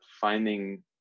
finding